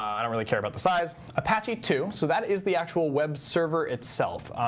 i don't really care about the size. apache two. so that is the actual web server itself.